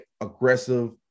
aggressive